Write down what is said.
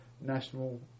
National